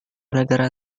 negara